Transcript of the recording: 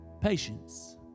Patience